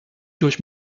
durch